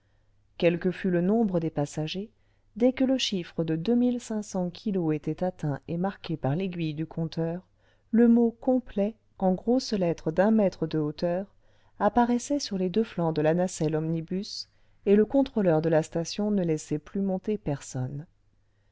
que fût le nombre des passagers dès que le chiffre de kilos était atteint et marqué par l'aiguille du compteur le mot complet en grosses lettres d'un mètre de hauteur apparaissait sur les deux flancs de la nacelleomnibus et le contrôleur de la station ne laissait plus monter personne